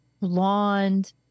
blonde